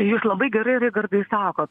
jūs labai gerai rikardai sakot